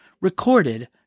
recorded